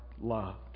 loved